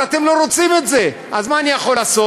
אבל אתם לא רוצים את זה, אז מה אני יכול לעשות?